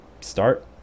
start